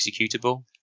executable